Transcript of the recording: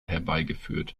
herbeigeführt